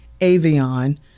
Avion